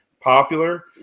popular